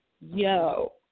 Yo